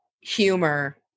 humor